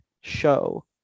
show